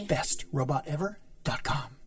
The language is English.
BestRobotEver.com